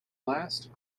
last